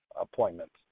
appointments